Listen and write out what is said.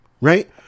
right